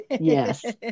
Yes